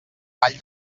vall